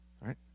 right